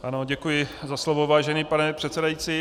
Ano, děkuji za slovo, vážený pane předsedající.